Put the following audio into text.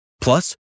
Plus